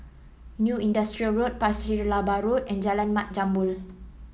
New Industrial Road Pasir Laba Road and Jalan Mat Jambol